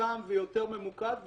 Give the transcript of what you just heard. מצומצם ויותר ממוקד,